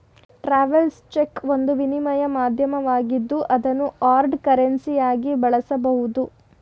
travels check ಒಂದು ವಿನಿಮಯ ಮಾಧ್ಯಮವಾಗಿದ್ದು ಅದನ್ನು ಹಾರ್ಡ್ ಕರೆನ್ಸಿಯ ಬಳಸಬಹುದು